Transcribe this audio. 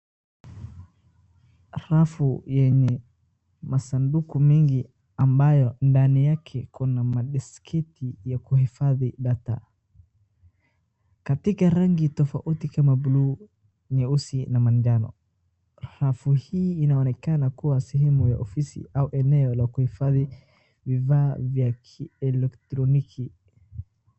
Rafu yenye masanduku mingi ambayo ndani yake kuna madiski ya kuhifadhi data, katika rangi tofauti kama buluu, nyeusi na manjano, rafu hii inaonekana kuwa sehemu ya ofisi au eneo la kuhifhadhi vifaa ya kielektroniki.